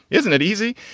isn't it easy?